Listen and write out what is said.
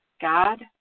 God